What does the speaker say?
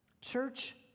Church